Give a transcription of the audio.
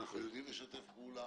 אנחנו יודעים לשתף פעולה,